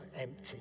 empty